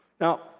Now